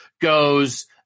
goes